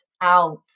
out